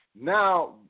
now